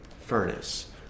furnace